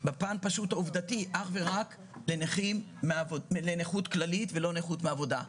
לפן העובדתי, אך ורק לנכות כללית ולא נכות מעבודה.